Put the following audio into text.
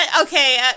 okay